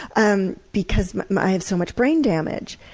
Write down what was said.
um because i have so much brain damage.